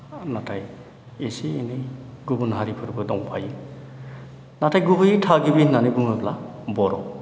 नाथाय एसे एनै गुबुन हारिफोरबो दंफायो नाथाय गुबै थागिबि होननानै बुङोब्ला बर'